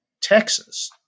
Texas